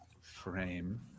frame